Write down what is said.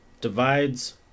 divides